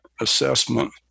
Assessment